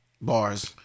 bars